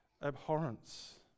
abhorrence